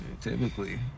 Typically